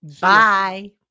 Bye